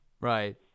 Right